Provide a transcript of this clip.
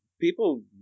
People